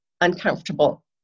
uncomfortable